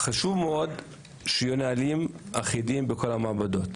חשוב מאוד שיהיו נהלים אחידים בכל המעבדות.